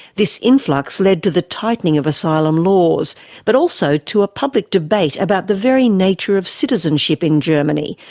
this influx led to the tightening of asylum laws but also to a public debate about the very nature of citizenship in germany,